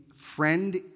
friend